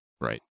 Right